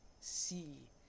see